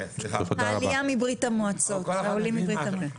העולים מברית המועצות לשעבר.